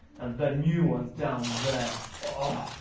and the new ones down there. ah